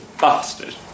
bastard